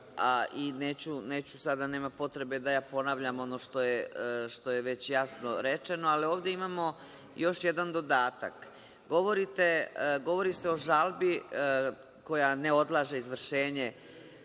organ. Sada nema potrebe da ponavljam ono što je već jasno rečeno. Ali, ovde imamo još jedan dodatak. Govori se o žalbi koja ne odlaže izvršenje